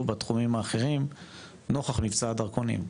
בתחומים האחרים נוכח מבצע הדרכונים?